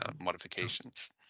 modifications